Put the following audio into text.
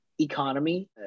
economy